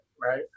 right